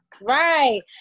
Right